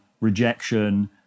rejection